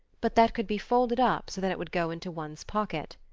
but that could be folded up so that it would go into one's pocket.